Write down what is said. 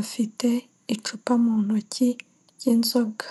afite icupa mu ntoki ry'inzoga.